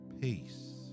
peace